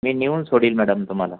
मी नेऊन सोडील मॅडम तुम्हाला